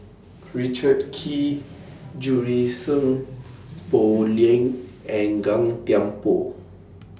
Richard Kee Junie Sng Poh Leng and Gan Thiam Poh